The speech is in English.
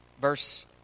Verse